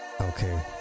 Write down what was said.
Okay